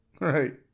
Right